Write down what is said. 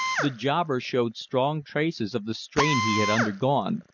the jobber showed strong traces of the strain he had undergone,